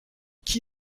qui